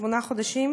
שמונה חודשים,